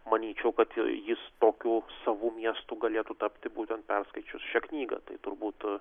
manyčiau kad jis tokiu savu miestu galėtų tapti būtent perskaičius šią knygą tai turbūt